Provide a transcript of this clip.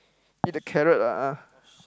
eat the carrot ah